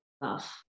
love